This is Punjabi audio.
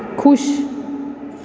ਖੁਸ਼